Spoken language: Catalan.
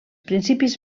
principis